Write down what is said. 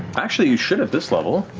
actually, you should at this level.